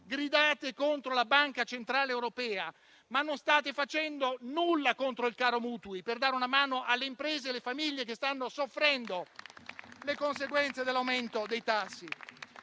Gridate contro la Banca centrale europea, ma non state facendo nulla contro il caro mutui per dare una mano alle imprese e alle famiglie che stanno soffrendo le conseguenze dell'aumento dei tassi.